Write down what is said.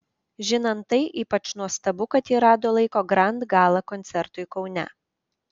žinant tai ypač nuostabu kad ji rado laiko grand gala koncertui kaune